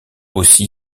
aussi